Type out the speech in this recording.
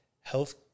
health